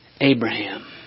Abraham